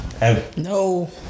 No